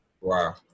Wow